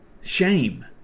Shame